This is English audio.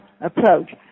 approach